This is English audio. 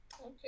Okay